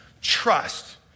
Trust